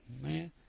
man